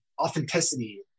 authenticity